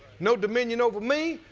no dominion over me,